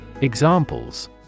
Examples